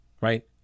Right